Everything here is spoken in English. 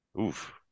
Oof